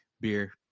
beer